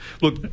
look